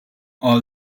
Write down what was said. all